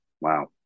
wow